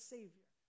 Savior